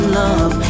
love